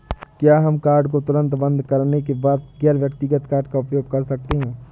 क्या हम कार्ड को तुरंत बंद करने के बाद गैर व्यक्तिगत कार्ड का उपयोग कर सकते हैं?